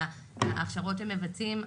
שההכשרות שהם מבצעים,